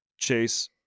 chase